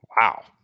Wow